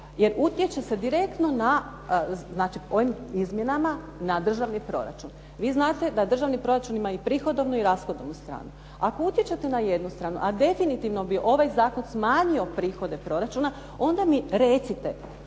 jer utječe se direktno na, znači ovim izmjenama, na državni proračun. Vi znate da državni proračun ima i prihodovnu i rashodovnu stranu. Ako utječete na jednu stranu, a definitivno bi ovaj zakon smanjio prihode proračuna, onda mi recite